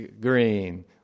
green